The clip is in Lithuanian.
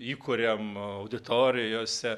įkuriam auditorijose